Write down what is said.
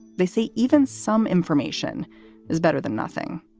they say even some information is better than nothing